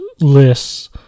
lists